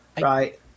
right